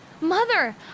Mother